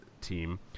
team